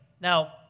Now